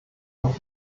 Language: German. auf